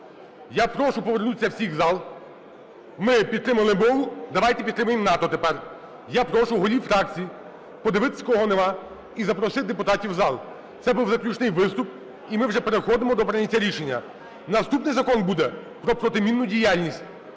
Я прошу повернутися всіх у зал. Ми підтримали мову, давайте підтримаємо НАТО тепер. Я прошу голів фракцій подивитись, кого нема, і запросити депутатів у зал. Це був заключний виступ, і ми вже переходимо до прийняття рішення. Наступний Закон буде про протимінну діяльність,